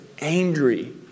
angry